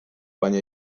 baina